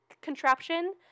contraption